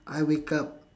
I wake up